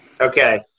Okay